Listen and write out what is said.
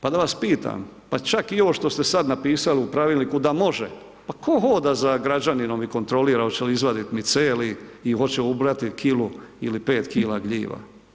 Pa da vas pitam pa čak i ovo što ste sad napisali u pravilniku da može, pa tko hoda za građaninom i kontrolira hoće li izvadit micelij i hoće ubrati kilu ili 5 kila gljiva.